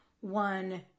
one